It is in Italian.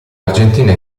argentina